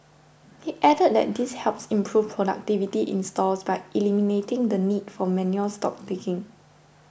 he added that this helps improve productivity in stores by eliminating the need for manual stock taking